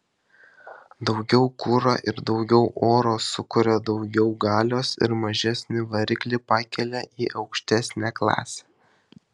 daugiau kuro ir daugiau oro sukuria daugiau galios ir mažesnį variklį pakelia į aukštesnę klasę